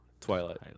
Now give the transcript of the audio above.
Twilight